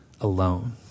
alone